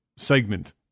Segment